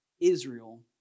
Israel